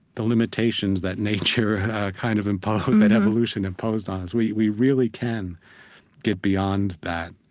the limitations that nature kind of imposed, that evolution imposed on us. we we really can get beyond that